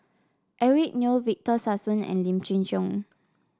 Eric Neo Victor Sassoon and Lim Chin Siong